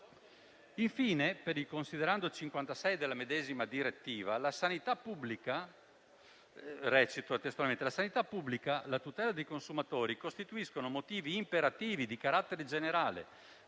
il considerando 56 della medesima direttiva, la sanità pubblica e la tutela dei consumatori costituiscono motivi imperativi di carattere generale